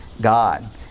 God